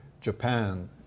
Japan